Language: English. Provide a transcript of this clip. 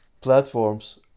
platforms